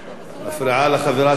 מפריעה לחברה שלך.